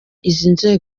izi